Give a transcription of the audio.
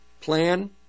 plan